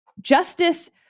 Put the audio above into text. justice